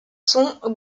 sont